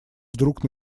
вдруг